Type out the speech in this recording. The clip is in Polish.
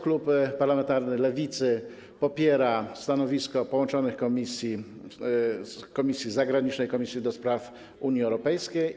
Klub parlamentarny Lewicy popiera stanowisko połączonych komisji, komisji zagranicznej, Komisji do Spraw Unii Europejskiej.